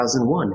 2001